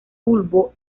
bulbo